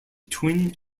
twin